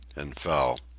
and fell.